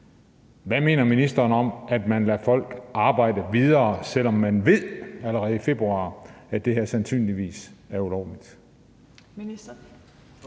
Hvad mener ministeren om, at man lader folk arbejde videre, selv om man allerede i februar ved, at det her sandsynligvis er ulovligt?